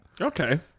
Okay